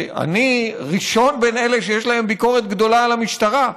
ואני ראשון בין אלה שיש להם ביקורת גדולה על המשטרה,